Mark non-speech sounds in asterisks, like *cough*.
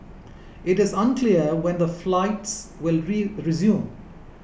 it is unclear when the flights will *unintelligible* resume